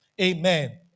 Amen